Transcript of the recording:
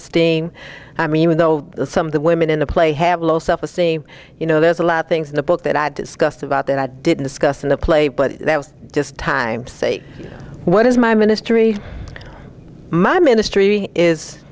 esteem i mean even though some of the women in the play have low self esteem you know there's a lot of things in the book that i've discussed about that i didn't discuss in the play but that was just time to say what is my ministry my ministry is